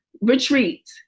retreat